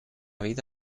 vida